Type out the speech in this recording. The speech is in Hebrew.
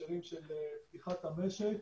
בהקשרים של פתיחת המשק